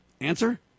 Answer